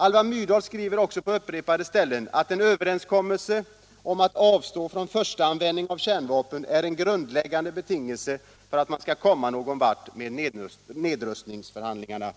Alva Myrdal skriver också på upprepade ställen att en överenskommelse om att avstå från förstaanvändning av kärnvapen är en grundläggande betingelse för att man skall komma någon vart med nedrustningsförhandlingarna.